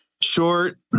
short